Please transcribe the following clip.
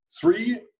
three